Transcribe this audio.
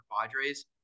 Padres